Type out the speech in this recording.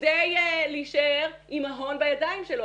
כדי להישאר עם ההון בידיים שלו.